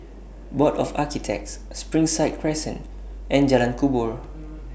Board of Architects Springside Crescent and Jalan Kubor